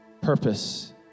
purpose